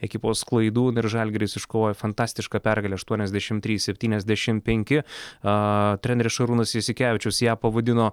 ekipos klaidų na ir žalgiris iškovojo fantastišką pergalę aštuoniasdešimt trys septyniasdešimt penki a treneris šarūnas jasikevičius ją pavadino